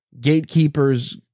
gatekeepers